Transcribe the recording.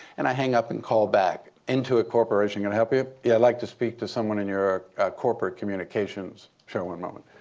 and i hang up and call back. intuit corporation, can i help you? yeah, i'd like to speak to someone in your corporate communications. sure, one moment.